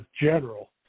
general